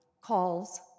calls